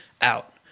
out